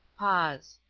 pause.